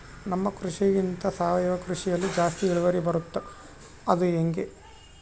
ನಮ್ಮ ಕೃಷಿಗಿಂತ ಸಾವಯವ ಕೃಷಿಯಲ್ಲಿ ಜಾಸ್ತಿ ಇಳುವರಿ ಬರುತ್ತಾ ಅದು ಹೆಂಗೆ?